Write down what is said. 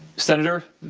senator,